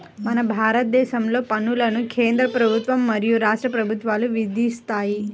మన భారతదేశంలో పన్నులను కేంద్ర ప్రభుత్వం మరియు రాష్ట్ర ప్రభుత్వాలు విధిస్తాయి